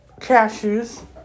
cashews